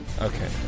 Okay